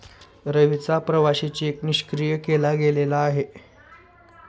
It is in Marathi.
रवीचा प्रवासी चेक निष्क्रिय केला गेलेला आहे